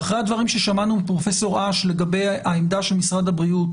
ואחרי הדברים ששמענו מפרופ' אש לגבי העמדה של משרד הבריאות